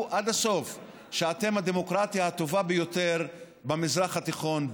עד הסוף שאתם הדמוקרטיה הטובה ביותר במזרח התיכון,